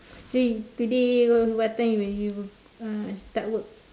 see today what time will you uh start work